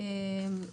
רדיו טלפון נייד,